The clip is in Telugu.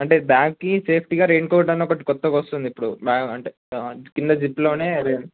అంటే బ్యాగ్కి సేఫ్టీగా రైన్ కోట్ అని ఒకటి కొత్తగా వస్తుంది ఇప్పుడు బ్యాగ్ అంటే కింద జిప్లోనే